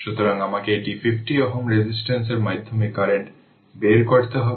সুতরাং আমাকে এই 50 Ω রেজিস্ট্যান্সের মাধ্যমে কারেন্ট বের করতে হবে